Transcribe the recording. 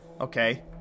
Okay